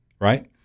right